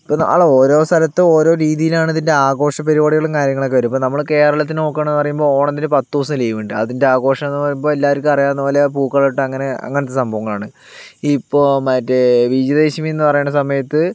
ഇപ്പോൾ ഓരോ സ്ഥലത്ത് ഓരോ രീതിയിലാണ് ഇതിൻ്റെ ആഘോഷ പരിപാടികളും കാര്യങ്ങളൊക്കെ വരും ഇപ്പോൾ നമ്മൾ കേരളത്തിൽ നോക്കുകയാണെന്ന് പറയുമ്പോൾ ഓണത്തിന് പത്തു ദിവസം ലീവ് ഉണ്ട് അതിൻ്റെ ആഘോഷം എന്നു പറയുമ്പോൾ എല്ലാവർക്കുമറിയാവുന്ന പോലെ പൂക്കളം ഇട്ട് അങ്ങനെ അങ്ങനത്തെ സംഭവങ്ങൾ ആണ് ഇപ്പോൾ മറ്റേ വിജയദശമി എന്ന് പറയണ സമയത്ത്